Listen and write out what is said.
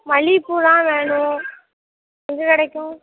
மல்லிகைப் பூவெலாம் வேணும் எங்கே கிடைக்கும்